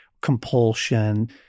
compulsion